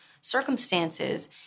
circumstances